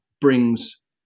brings